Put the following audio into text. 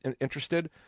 interested